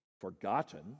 forgotten